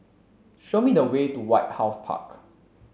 show me the way to White House Park